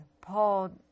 Paul